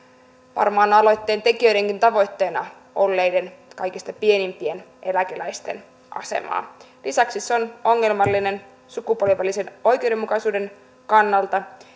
varmaan aloitteen tekijöidenkin tavoitteena olleiden kaikista pienimpien eläkeläisten asemaa lisäksi se on ongelmallinen sukupolvien välisen oikeudenmukaisuuden kannalta